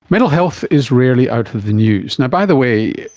mental health is rarely out of the news. and by the way,